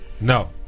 No